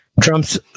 Trump's